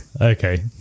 okay